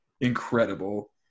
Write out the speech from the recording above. incredible